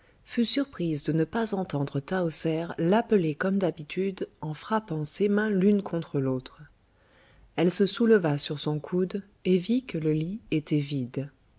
fut surprise de ne pas entendre tahoser l'appeler comme d'habitude en frappant ses mains l'une contre l'autre elle se souleva sur son coude et vit que le lit était vide